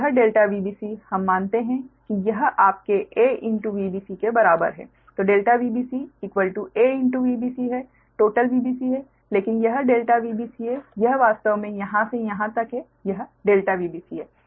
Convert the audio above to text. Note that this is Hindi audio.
तो यह ∆Vbc हम मानते हैं कि यह आपके a Vbc के बराबर है ∆Vbc a Vbc है टोटल Vbc है लेकिन यह ∆Vbc है यह वास्तव में यहाँ से यहाँ तक है यह ∆Vbc है